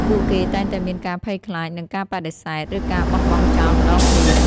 ពួកគេតែងតែមានការភ័យខ្លាចនឹងការបដិសេធ ឬការបោះបង់ចោលម្ដងទៀត។